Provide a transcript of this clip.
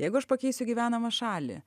jeigu aš pakeisiu gyvenamą šalį